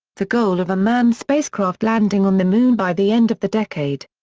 the goal of a manned spacecraft landing on the moon by the end of the decade.